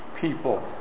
people